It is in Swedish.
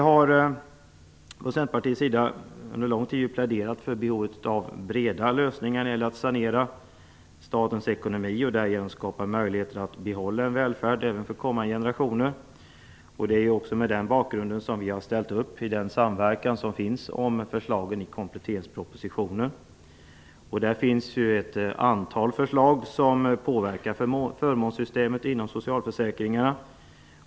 Från Centerpartiets sida har vi under lång tid pläderat för behovet av breda lösningar när det gäller att sanera statens ekonomi och att därigenom skapa möjligheter att behålla välfärden även för kommande generationer. Det är också mot den bakgrunden som vi har ställt upp på en samverkan om förslagen i kompletteringspropositionen. Den innehåller ett antal förslag som påverkar förmånssystemet inom socialförsäkringarna.